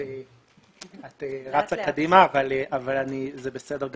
אתה רצה קדימה וזה בסדר גמור.